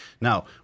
Now